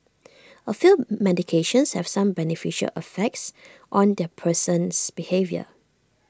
A few medications have some beneficial effects on the person's behaviour